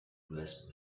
grasped